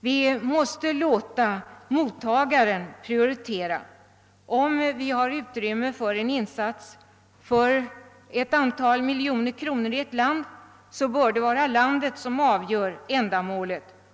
Vi måste låta mottagaren prioritera. Om vi har utrymme för en insats för ett antal miljoner kronor i ett land, bör det vara landet som avgör ändamålet.